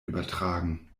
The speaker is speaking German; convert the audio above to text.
übertragen